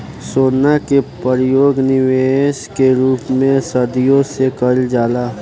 सोना के परयोग निबेश के रूप में सदियों से कईल जाला